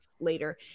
later